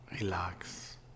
Relax